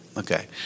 Okay